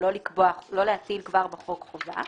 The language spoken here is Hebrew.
ולא להטיל כבר בחוק חובה.